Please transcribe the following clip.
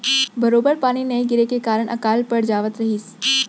बरोबर पानी नइ गिरे के कारन अकाल पड़ जावत रहिस